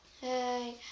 Hey